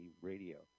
Radio